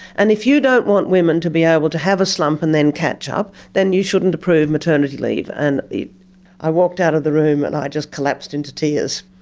and if you don't want women to be able to have a slump and then catch up, then you shouldn't approve maternity leave. and i walked out of the room and i just collapsed into tears.